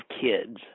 kids